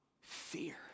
fear